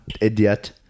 idiot